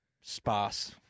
sparse